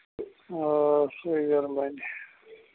آ سُے زیُن بَنہِ